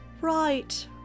Right